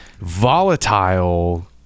volatile